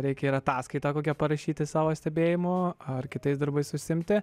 reikia ir ataskaitą kokią parašyti savo stebėjimo ar kitais darbais užsiimti